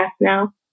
now